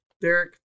Derek